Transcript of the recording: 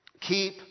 Keep